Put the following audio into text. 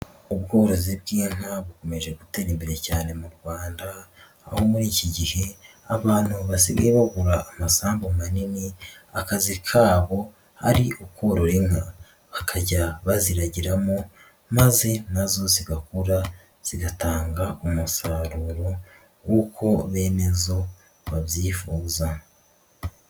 Ubworozi bw'inka bukomeje gutera imbere cyane mu Rwanda, aho muri iki gihe abantu basigaye bagura amasambu manini akazi kabo ari ukorora inka bakajya baziragiramo maze nazo zigakura zigatanga umusaruro w'uko benezo babyifuza.